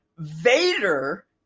Vader